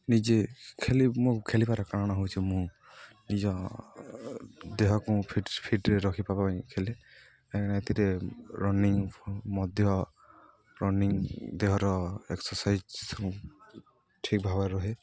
ନିଜେ ଖେଳି ମୁଁ ଖେଲିବାର କାରଣ ହେଉଛି ମୁଁ ନିଜ ଦେହକୁ ମୁଁ ଫିଟ୍ ଫିଟ୍ରେ ରଖିବା ପାଇଁ ଖେଳେ କାହିଁକିନା ଏଥିରେ ରନିଙ୍ଗ ମଧ୍ୟ ରନିଂ ଦେହର ଏକ୍ସର୍ସାଇଜ ଠିକ୍ ଭାବରେ ରହେ